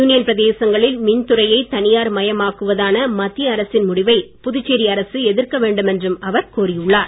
union பிரதேசங்களில் மின்துறையை தனியார் மயமாக்குவதான மத்திய அரசின் முடிவை புதுச்சேரி அரசு எதிர்க்க வேண்டும் என்றும் அவர் கோரி உள்ளார்